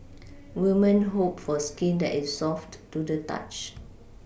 women hope for skin that is soft to the touch